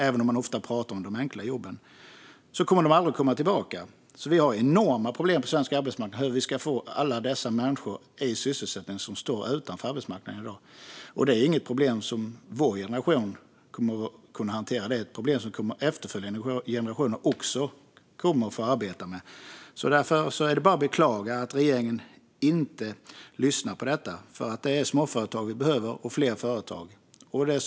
Även om man ofta talar om de enkla jobben kommer de aldrig att komma tillbaka. Vi har därför enorma problem på svensk arbetsmarknad när det gäller hur vi ska få in alla de människor i sysselsättning som står utanför arbetsmarknaden i dag. Det är inget problem som bara vår generation kan hantera, utan detta problem kommer även efterföljande generationer att få arbeta med. Det är bara att beklaga att regeringen inte lyssnar på detta. Det är småföretag och fler företag vi behöver.